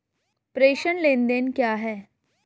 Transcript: प्रेषण लेनदेन क्या है?